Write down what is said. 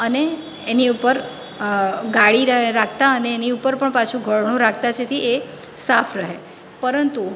અને એની ઉપર ગાડી રે રાખતા અને એની ઉપર પણ પાછું ભરણું રાખતા જેથી એ સાફ રહે પરંતુ